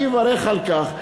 אני אברך על כך,